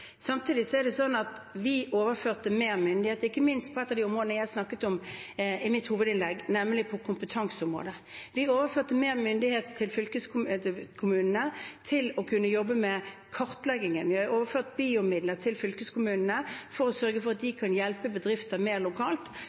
Samtidig er det slik at vi overførte mer myndighet, ikke minst på et av de områdene jeg snakket om i mitt hovedinnlegg, nemlig på kompetanseområdet. Vi overførte mer myndighet til fylkeskommunene til å kunne jobbe med kartleggingen. Vi har overført BIO-midler til fylkeskommunene for å sørge for at de kan hjelpe bedrifter mer lokalt,